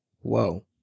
Whoa